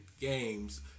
games